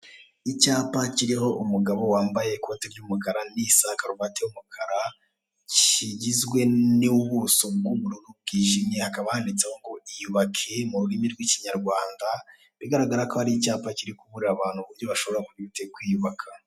Icyapa kiriho umugabo wambaye ikote ry'umukara, n'isaha, na karuvate y'umukara, kigizwe n'ubuso bw'ubururu, bwijimye hakaba handitsemo ngo iyubake mu rurimi rw'ikinyarwanda, bigaragara ko ari icyapa kiri kuburira abantu uburyo bashobora kwiyubaka.